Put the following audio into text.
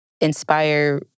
inspire